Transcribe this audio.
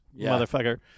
motherfucker